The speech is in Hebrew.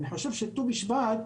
אני חושב שט"ו בשבט